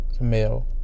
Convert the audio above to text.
male